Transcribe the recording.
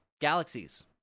Galaxies